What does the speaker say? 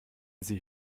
sie